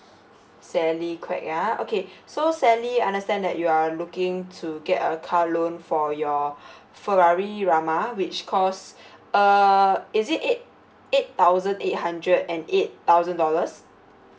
sally kwek ah okay so sally understand that you are looking to get a car loan for your ferrari which cost err is it eight eight thousand eight hundred and eight thousand dollars